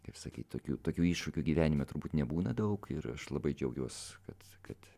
kaip sakyt tokių tokių iššūkių gyvenime turbūt nebūna daug ir aš labai džiaugiuosi kad kad